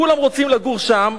כולם רוצים לגור שם,